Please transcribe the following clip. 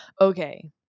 Okay